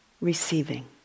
receiving